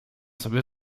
sobie